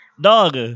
Dog